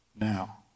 now